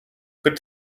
good